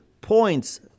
points